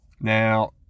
now